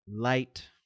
Light